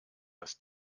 dass